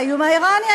האיום האיראני,